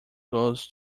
goes